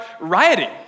rioting